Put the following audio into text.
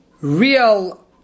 real